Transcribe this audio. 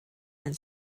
and